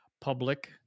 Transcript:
public